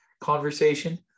conversation